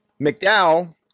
McDowell